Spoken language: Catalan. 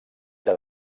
era